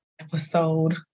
episode